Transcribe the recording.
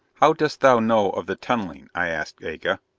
how dost thou know of the tunneling? i asked aga.